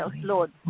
Lord